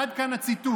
עד כאן הציטוט.